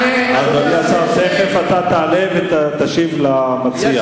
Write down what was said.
אדוני השר, תיכף אתה תעלה ותשיב למציע.